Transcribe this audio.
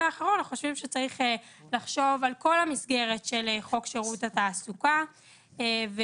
אנחנו חושבים שצריך לחשוב על כל המסגרת של חוק שירות התעסוקה ולהסתכל